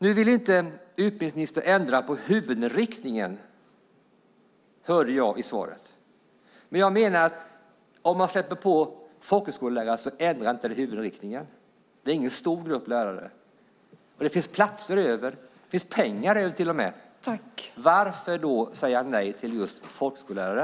Utbildningsministern vill inte ändra på huvudinriktningen, vilket framgår av svaret. Men jag menar att om man så att säga släpper på folkhögskolelärare ändras inte därmed huvudinriktningen, för de är ingen stor grupp lärare. Dessutom finns det platser och till och med pengar över. Varför då säga nej till just folkhögskolelärare?